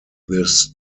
this